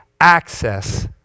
access